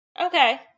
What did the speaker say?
Okay